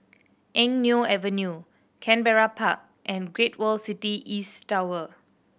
Eng Neo Avenue Canberra Park and Great World City East Tower